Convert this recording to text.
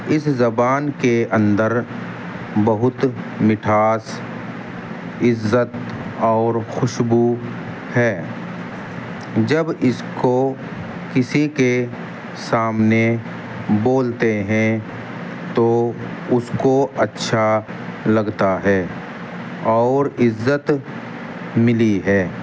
اس زبان کے اندر بہت مٹھاس عزت اور خوشبو ہے جب اس کو کسی کے سامنے بولتے ہیں تو اس کو اچھا لگتا ہے اور عزت ملی ہے